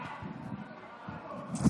ההצעה להעביר את הצעת חוק המכר (דירות) (תיקון,